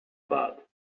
bad